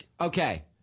Okay